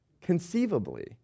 Conceivably